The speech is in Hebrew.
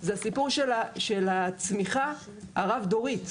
זה הסיפור של הצמיחה הרב דורית.